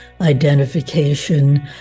identification